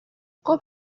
خوب